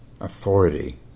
Authority